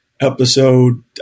episode